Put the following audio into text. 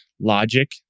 logic